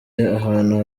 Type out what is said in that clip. ahantu